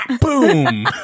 boom